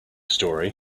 story